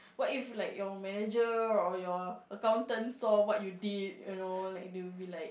what if like your manager or your accountant saw what you did you know like they're be like